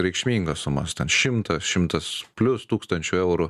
reikšmingas sumas ten šimtą šimtas plius tūkstančių eurų